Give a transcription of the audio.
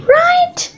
right